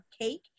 cake